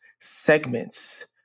segments